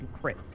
crit